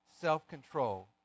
self-control